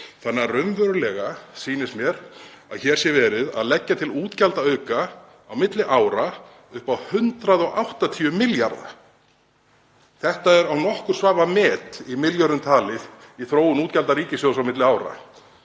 milljarða. Raunverulega sýnist mér því að hér sé verið að leggja til útgjaldaauka á milli ára upp á 180 milljarða. Þetta er án nokkurs vafa met í milljörðum talið í þróun útgjalda ríkissjóðs á milli ára.